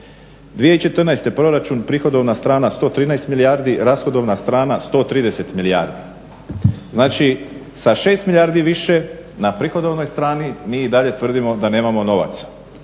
2014. proračun prihodovna strana 113 milijardi, rashodovna strana 130 milijardi. Znači, sa 6 milijardi više na prihodovnoj strani mi i dalje tvrdimo da nemamo novaca.